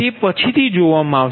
તે પછીથી જોવામાં આવશે